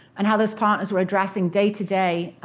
and how those partners were addressing, day to day,